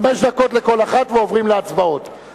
חמש דקות לכל אחד, ועוברים להצבעות.